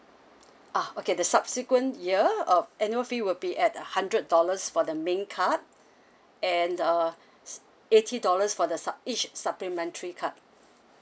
ah okay the subsequent year uh annual fee will be at a hundred dollars for the main card and uh eighty dollars for the sup~ each supplementary card